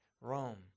Rome